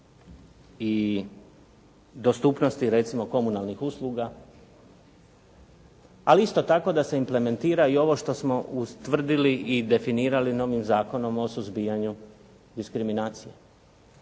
i dostupnosti, recimo komunalnih usluga, ali isto tako da se implementira i ovo što smo ustvrdili i definirali novim Zakonom o suzbijanju diskriminacije